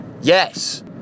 Yes